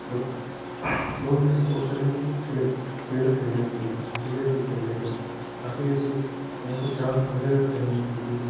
बच लोग भी सपोर्ट करेंगे कि खेल खेले कोई बच्चे जिले पे खेलेगा आगे से उनको चांस मिलेगा खेलने के लिए